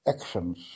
actions